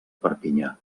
perpinyà